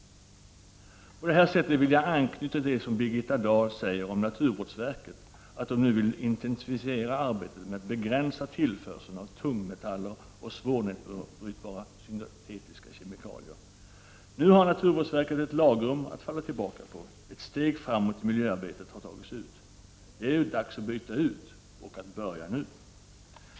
På detta sätt vill jag anknyta till det som Birgitta Dahl säger om att naturvårdsverket nu skall intensifiera arbetet med att begränsa tillförseln av tung 48 metaller och svårnedbrytbara, syntetiska kemikalier. Nu har naturvårdsver ket lagrum att falla tillbaka på. Ett steg framåt i miljöarbetet har tagits. Det är dags att byta ut och att börja nu.